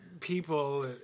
People